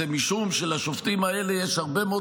זה משום שלשופטים האלה יש הרבה מאוד